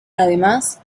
además